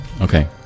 okay